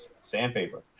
Sandpaper